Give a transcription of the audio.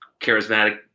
charismatic